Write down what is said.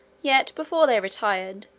yet, before they retired,